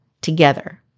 together